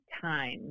time